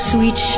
Sweet